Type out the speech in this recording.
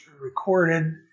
recorded